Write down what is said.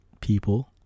people